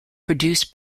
produced